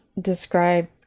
describe